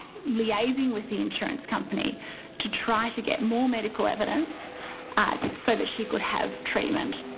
liaising with the insurance company to try to get more medical evidence so that she could have treatment.